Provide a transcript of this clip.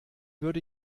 würde